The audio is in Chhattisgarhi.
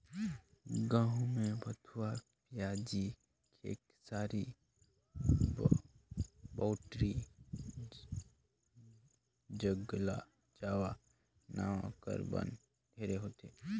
गहूँ में भथुवा, पियाजी, खेकसारी, बउटरी, ज्रगला जावा नांव कर बन ढेरे होथे